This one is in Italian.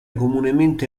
comunemente